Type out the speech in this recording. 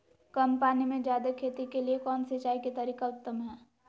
कम पानी में जयादे खेती के लिए कौन सिंचाई के तरीका उत्तम है?